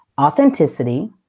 authenticity